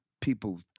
people